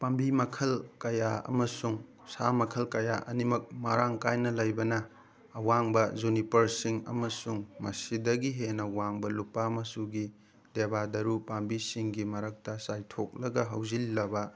ꯄꯥꯝꯕꯤ ꯃꯈꯜ ꯀꯌꯥ ꯑꯃꯁꯨꯡ ꯁꯥ ꯃꯈꯜ ꯀꯌꯥ ꯑꯅꯤꯃꯛ ꯃꯔꯥꯡ ꯀꯥꯏꯅ ꯂꯩꯕꯅ ꯑꯋꯥꯡꯕ ꯌꯨꯅꯤꯚꯔꯁꯁꯤꯡ ꯑꯃꯁꯨꯡ ꯃꯁꯤꯗꯒꯤ ꯍꯦꯟꯅ ꯋꯥꯡꯕ ꯂꯨꯄꯥ ꯃꯆꯨꯒꯤ ꯗꯦꯕꯥꯗꯔꯨ ꯄꯥꯝꯕꯤꯁꯤꯡꯒꯤ ꯃꯔꯛꯇ ꯆꯥꯏꯊꯣꯛꯂꯒ ꯍꯧꯖꯤꯜꯂꯕ